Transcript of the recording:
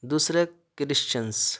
دوسرے کرشچیئنس